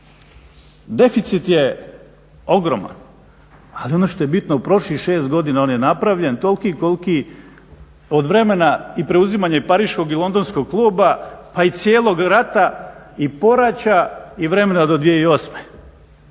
Deficit je ogroman, ali ono što je bitno u prošlih 6 godina on je napravljen tolki kolki od vremena i preuzimanja i pariškog i londonskog kluba pa i cijelog rata i poraća i vremena do 2008.